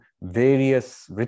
various